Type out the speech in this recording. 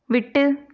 விட்டு